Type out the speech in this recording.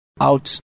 out